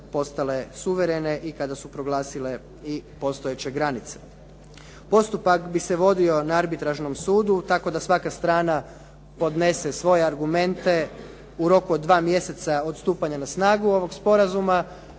postale suverene i kada su proglasile i postojeće granice. Postupak bi se vodio na arbitražnom sudu tako da svaka strana podnese svoje argumente u roku od dva mjeseca od stupanja na snagu ovog sporazuma.